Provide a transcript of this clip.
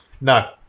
No